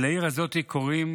לעיר הזאת קוראים